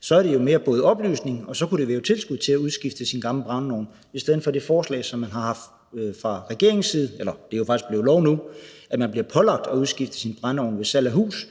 Så er det jo mere oplysning, og der kunne så også være et tilskud til at udskifte de gamle brændeovne i stedet for det forslag, som man har haft fra regeringens side – og som jo faktisk nu er blevet til lov – hvor man ved salg af et hus bliver pålagt at udskifte sin brændeovn, og hvor